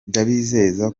ndabizeza